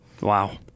Wow